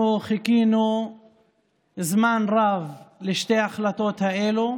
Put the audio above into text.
אנחנו חיכינו זמן רב לשתי ההחלטות האלה,